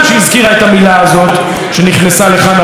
איזו מילה?